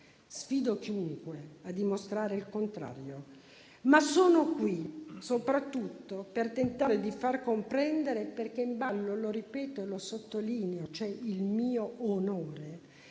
sfido chiunque a dimostrare il contrario. Sono qui però soprattutto per tentare di far comprendere - in ballo, lo ripeto e lo sottolineo, c'è il mio onore